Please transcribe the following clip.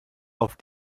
auf